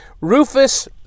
Rufus